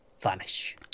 vanish